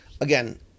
again